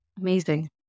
Amazing